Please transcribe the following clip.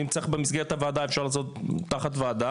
אם צריך במסגרת הוועדה אפשר תחת הוועדה,